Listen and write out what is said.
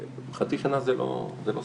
חצי שנה זה לא הגיוני,